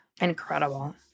Incredible